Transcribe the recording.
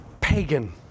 Pagan